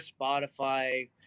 spotify